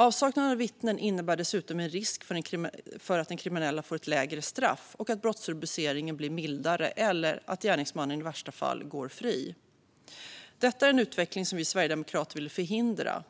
Avsaknad av vittnen innebär dessutom en risk för att den kriminelle får ett lägre straff och att brottsrubriceringen blir mildare eller i värsta fall att gärningsmannen går fri. Detta är en utveckling som vi sverigedemokrater vill förhindra.